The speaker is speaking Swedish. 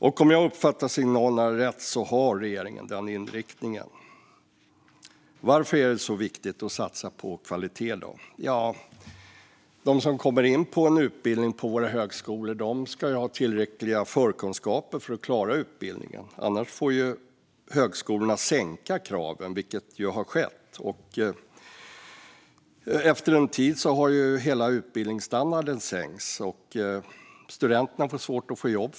Om jag uppfattar signalerna rätt har regeringen denna inriktning. Varför är det så viktigt att satsa på kvalitet? De som kommer in på en utbildning på våra högskolor ska ha tillräckliga förkunskaper för att klara utbildningen. Annars får högskolorna sänka kraven, vilket har skett. Efter en tid har hela utbildningsstandarden sänkts, och studenterna får svårt att få jobb.